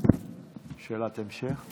שאלת המשך?